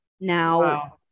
now